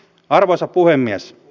arvoisa puhemies